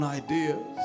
ideas